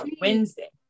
Wednesday